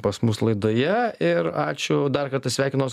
pas mus laidoje ir ačiū dar kartą sveikinuos